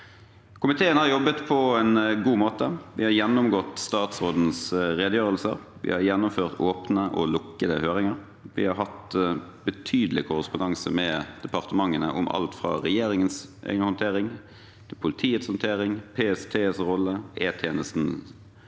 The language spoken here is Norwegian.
Komiteen har jobbet på en god måte. Vi har gjennomgått statsrådens redegjørelser, vi har gjennomført åpne og lukkede høringer, og vi har hatt betydelig korrespondanse med departementene om alt fra regjeringens egen håndtering til politiets håndtering, PSTs rolle og E-tjenestens